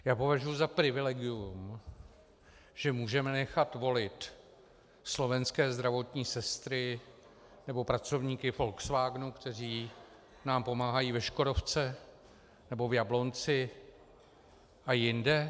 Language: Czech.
Já považuji za privilegium, že můžeme nechat volit slovenské zdravotní sestry nebo pracovníky Volkswagenu, kteří nám pomáhají ve Škodovce nebo v Jablonci a jinde.